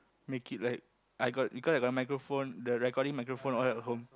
make it like I got because I got microphone the recording microphone all that at home